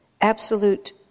absolute